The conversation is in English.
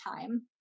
time